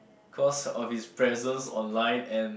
cause of his presence online and